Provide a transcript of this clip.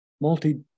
multi